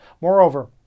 Moreover